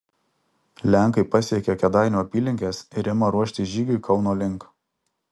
lenkai pasiekia kėdainių apylinkes ir ima ruoštis žygiui kauno link